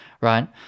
right